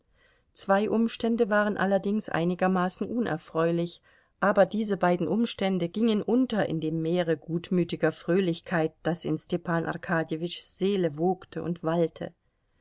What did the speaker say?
zwei umstände waren allerdings einigermaßen unerfreulich aber diese beiden umstände gingen unter in dem meere gutmütiger fröhlichkeit das in stepan arkadjewitschs seele wogte und wallte